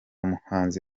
muhanzi